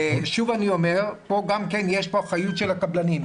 אני אומר שוב, פה יש גם אחריות של הקבלנים.